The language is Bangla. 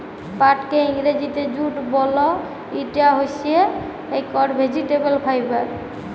পাটকে ইংরজিতে জুট বল, ইটা হইসে একট ভেজিটেবল ফাইবার